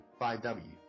5W